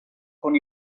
con